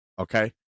okay